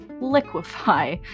liquefy